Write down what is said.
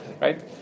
right